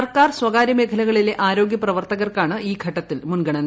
സർക്കാർ സ്വകാര്യ മേഖലകളിലെ ആരോഗ്യ പ്രവർത്തകർക്കാണ് ഈ ഘട്ടത്തിൽ മുൻഗണന